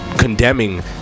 condemning